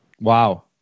wow